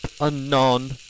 anon